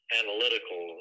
analytical